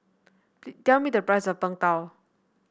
tell me the price of Png Tao